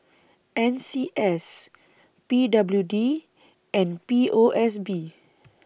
N C S P W D and P O S B